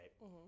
right